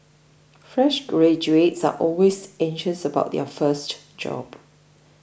fresh graduates are always anxious about their first job